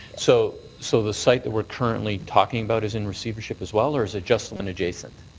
so so the site that we're currentlying talking about is in receivership as well or is it just the one adjacent?